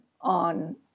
on